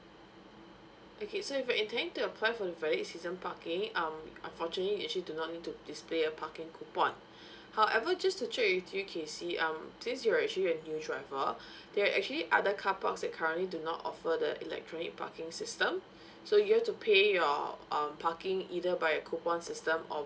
okay so if you're intending to apply for a valid season parking um unfortunately you actually do not need to display a parking coupon however just to check with you kesy um since you're actually a new driver there are actually other car parks that currently do not offer the electronic parking system so you have to pay your um parking either via a coupon system or